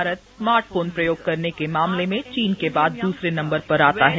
Bharat smart phone प्रयोग करने के मामले में चीन के बाद द्रसरे नंबर पर आता है